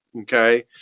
Okay